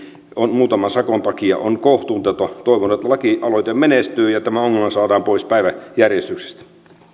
muutaman sakon takia on kohtuutonta toivon että lakialoite menestyy ja tämä ongelma saadaan pois päiväjärjestyksestä arvoisa herra